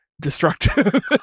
Destructive